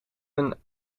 een